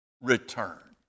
return